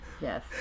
yes